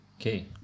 Okay